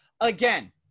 again